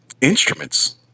instruments